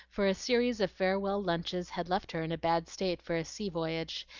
for a series of farewell lunches had left her in a bad state for a sea-voyage,